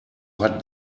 hat